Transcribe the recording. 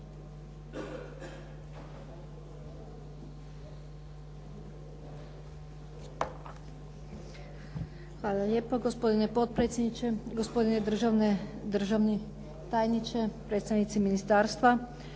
Hvala lijepo gospodine potpredsjedniče. Gospodine državni tajniče, predstavnici ministarstva.